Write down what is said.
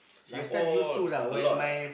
Singapore a lot ah